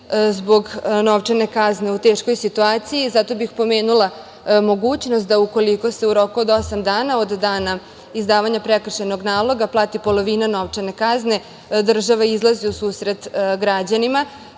zbog novčane kazne u teškoj situaciji i zato bih pomenula mogućnost da ukoliko se u roku od osam dana od dana izdavanja prekršajnog naloga plati polovina novčane kazne, država izlazi u susret građanima